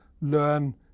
learn